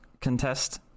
contest